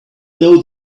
know